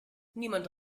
niemand